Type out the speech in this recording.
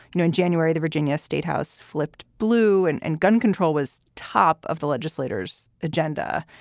now, in january, the virginia state house flipped blue and and gun control was top of the legislators agenda.